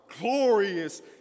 glorious